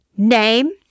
Name